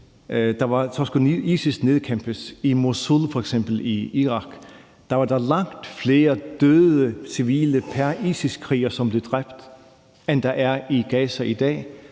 skulle ISIS nedkæmpes f.eks. i Mosul i Irak. Der var der langt flere døde civile pr. ISIS-kriger, som blev dræbt, end der er i Gaza i dag,